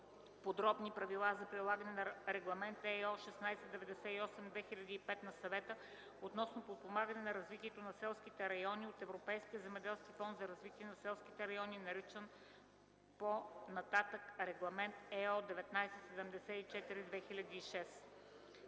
подробни правила за прилагане на Регламент (ЕО) № 1698/2005 на Съвета относно подпомагане на развитието на селските райони от Европейския земеделски фонд за развитие на селските райони, наричан по-нататък „Регламент (ЕО) № 1974/2006”.